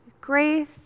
Grace